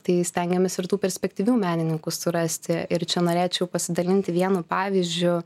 tai stengiamės ir tų perspektyvių menininkų surasti ir čia norėčiau pasidalinti vienu pavyzdžiu